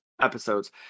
episodes